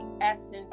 essence